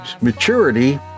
maturity